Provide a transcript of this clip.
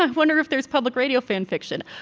ah wonder if there's public radio fan fiction.